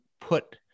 put